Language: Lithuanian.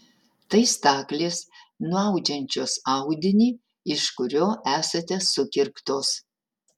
tai staklės nuaudžiančios audinį iš kurio esate sukirptos